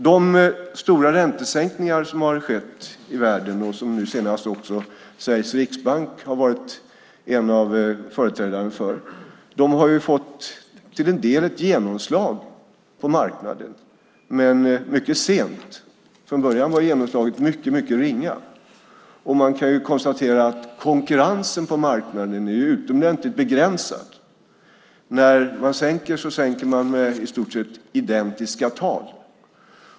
De stora räntesänkningar som har skett i världen och som nu senast också Sveriges riksbank har varit en av företrädarna för har till en del fått ett genomslag på marknaden, men mycket sent. Från början var genomslaget mycket ringa, och man kan konstatera att konkurrensen på marknaden är utomordentligt begränsad. När man sänker gör man det med i stort sett identiska tal.